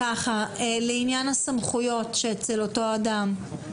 מה לגבי עניין הסמכויות שנמצאות אצל אותו אדם?